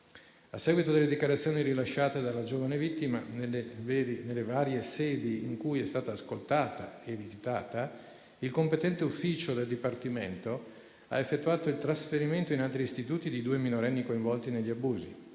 A seguito delle dichiarazioni rilasciate dalla giovane vittima nelle varie sedi in cui è stata ascoltata e visitata, il competente ufficio del Dipartimento ha effettuato il trasferimento in altri istituti dei due minorenni coinvolti negli abusi,